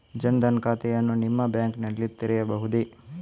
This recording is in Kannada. ಜನ ದನ್ ಖಾತೆಯನ್ನು ನಿಮ್ಮ ಬ್ಯಾಂಕ್ ನಲ್ಲಿ ತೆರೆಯಬಹುದೇ?